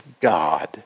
God